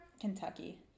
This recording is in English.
Kentucky